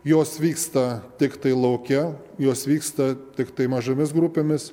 jos vyksta tiktai lauke jos vyksta tiktai mažomis grupėmis